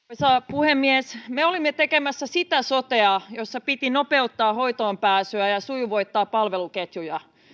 puhemies me olimme tekemässä sitä sotea jossa piti nopeuttaa hoitoonpääsyä ja sujuvoittaa palveluketjuja